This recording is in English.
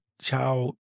child